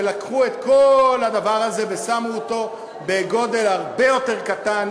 ולקחו את כל הדבר הזה ועשו אותו הרבה יותר קטן,